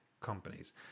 companies